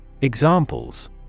Examples